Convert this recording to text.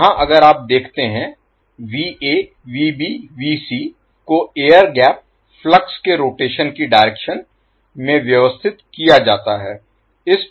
तो यहाँ अगर आप देखते हैं को एयर गैप फ्लक्स के रोटेशन की डायरेक्शन में व्यवस्थित किया जाता है